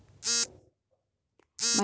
ಮಣ್ಣಿನಿಂದ ಆಗುವ ಪ್ರಯೋಜನಗಳೇನು?